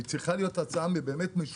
והיא צריכה להיות הצעה משותפת,